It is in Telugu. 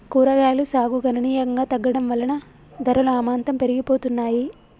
కూరగాయలు సాగు గణనీయంగా తగ్గడం వలన ధరలు అమాంతం పెరిగిపోతున్నాయి